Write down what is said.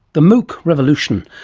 the mooc revolution.